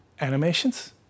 animations